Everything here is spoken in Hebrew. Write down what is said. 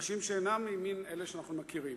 אנשים שאינם ממין אלה שאנחנו מכירים.